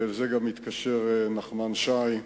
ולזה מתקשר נחמן שי,